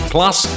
Plus